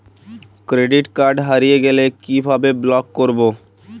Credit card হারিয়ে গেলে কি ভাবে ব্লক করবো?